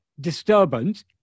disturbance